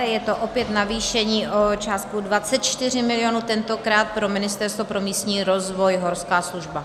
Je to opět navýšení o částku 24 mil., tentokrát pro Ministerstvo pro místní rozvoj, Horská služba.